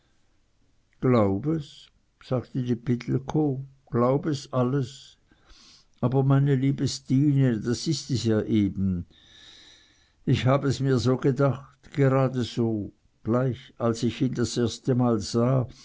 glaub es sagte die pittelkow glaub es alles aber meine liebe stine das ist es ja eben ich hab es mir so gedacht gerade so gleich als ich ihn das erste mal sah